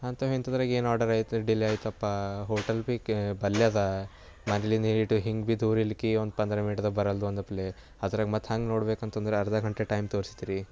ಅಂತವು ಇಂತದ್ರಾಗ ಏನು ಆರ್ಡರ್ ಅಯ್ತು ಡಿಲೇ ಆಯಿತಪ್ಪಾ ಹೋಟೆಲ್ ಭಿ ಕೆ ಬಲಿಯದಾ ಮೊದ್ಲೀನು ಈಟು ಹಿಂಗೆ ಭಿ ಧೂರಿಲ್ಲಕಿ ಒಂದು ಪಂದ್ರ ಮಿನಿಟ್ದಾಗ ಬರಲ್ಲದು ಅಂದಾಪಲೆ ಅದ್ರಾಗ ಮತ್ತೆ ಹಂಗೆ ನೋಡಬೇಕಂತಂದ್ರ ಅರ್ಧ ಗಂಟೆ ಟೈಮ್ ತೋರ್ಸ್ತುರಿ